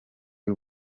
y’u